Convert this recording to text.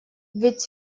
ведь